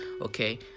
okay